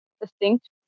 distinct